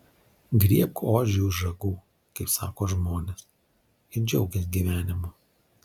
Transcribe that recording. griebk ožį už ragų kaip sako žmonės ir džiaukis gyvenimu